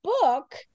book